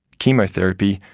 chemotherapy,